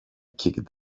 kicked